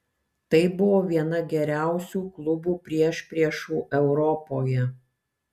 tai buvo viena geriausių klubų priešpriešų europoje